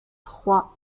trois